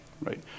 Right